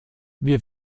wir